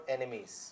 Enemies